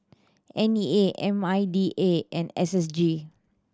N E A M I D A and S S G